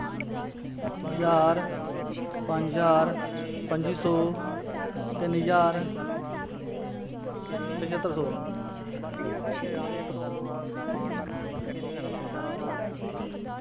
ज्हार पंज ज्हार पं'जी सौ तिन्न ज्हार पच्हत्तर सौ